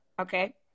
Okay